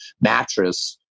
mattress